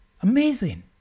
Amazing